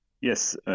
Yes